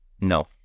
No